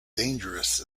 dangerous